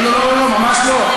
לא לא לא, ממש לא.